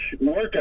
workout